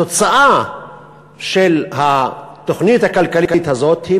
התוצאה של התוכנית הכלכלית הזאת היא